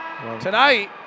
tonight